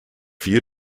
few